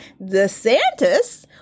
DeSantis